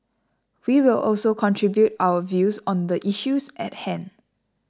we will also contribute our views on the issues at hand